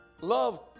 Love